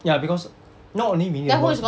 ya because not only me who was